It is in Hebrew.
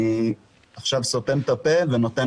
אני עכשיו סותם את הפה ולהוכיח